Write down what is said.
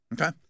Okay